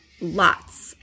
lots